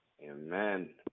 Amen